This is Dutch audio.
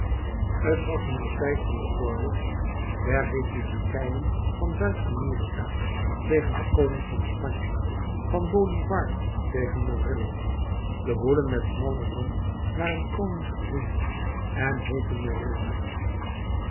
t was in den tijd van den oorlog der republikeinen van zuid-amerika tegen den koning van spanje van bolivar tegen morillo de hoeden met smallen rand waren koningsgezind en heetten morillo's